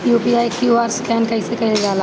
UPI QR scan कइसे कईल जा ला?